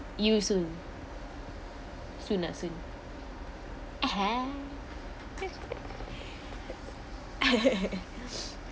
you soon soon ah soon